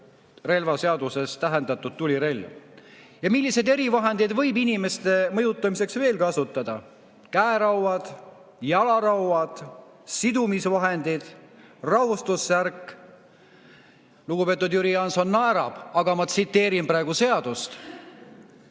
relvaseaduses tähendatud tulirelv. Ja milliseid erivahendeid võib inimeste mõjutamiseks veel kasutada? Käerauad, jalarauad, sidumisvahendid, rahustussärk ... Lugupeetud Jüri Jaanson naerab, aga ma tsiteerin praegu seadust.